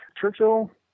Churchill